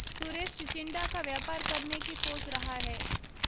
सुरेश चिचिण्डा का व्यापार करने की सोच रहा है